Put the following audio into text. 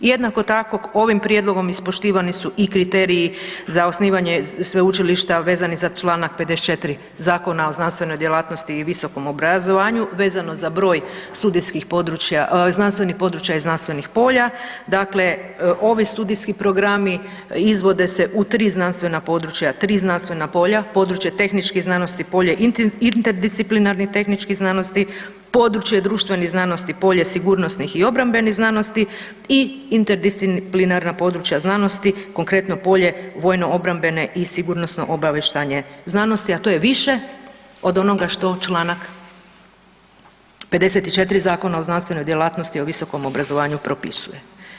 I jednako tako, ovim prijedlogom ispoštivani su i kriteriji za osnivanje Sveučilišta, vezani za čl. 54 Zakona o znanstvenoj djelatnosti i visokom obrazovanju vezano za broj studijskih područja, znanstvenih područja i znanstvenih polja, dakle ovi studijski programi izvode se u 3 znanstvena područja, 3 znanstvena polja, područje tehničke znanosti, polje interdisciplinarnih tehničkih znanosti, područje društvenih znanosti, polje sigurnosnih i obrambenih znanosti i interdisciplinarna područja znanosti, konkretno, polje vojno-obrambene i sigurnosno-obavještajne znanosti, a to je više od onoga što čl. 54 Zakona o znanstvenoj djelatnosti o visokom obrazovanju propisuje.